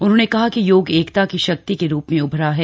उन्होंने कहा कि योग एकता की शक्ति के रूप में उभरा है